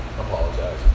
apologize